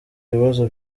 ibibazo